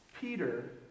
Peter